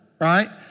right